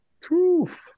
Truth